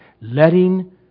Letting